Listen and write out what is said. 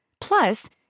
Plus